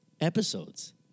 episodes